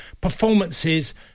performances